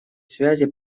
связи